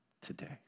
today